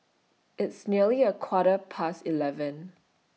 its nearly A Quarter Past eleven